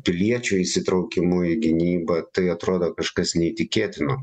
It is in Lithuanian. piliečių įsitraukimu į gynybą tai atrodo kažkas neįtikėtino